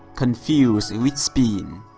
confused with spin